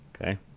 Okay